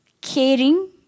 caring